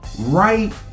right